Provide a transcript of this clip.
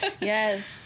Yes